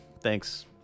thanks